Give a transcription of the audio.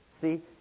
See